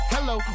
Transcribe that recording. Hello